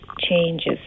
changes